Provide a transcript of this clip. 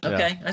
Okay